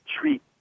treat